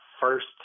first